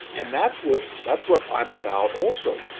and that's what that's what i'm about also.